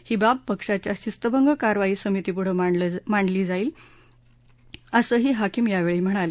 ही बाब पक्षाच्या शिस्त भंग कारवाई समितीपुढे मांडली जाईल असं ही हाकीम यावेळी म्हणाले